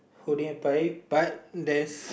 holding a pie but there's